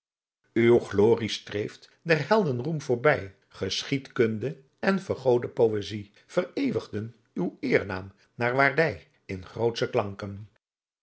uw glorie streeft der helden roem voorbij geschiedkunde en vergode poëzij vereeuwigen uw eernaam naar waardij in grootsche klanken